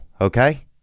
Okay